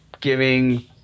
giving